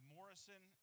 Morrison